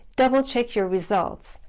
double check your results,